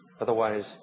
Otherwise